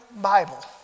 Bible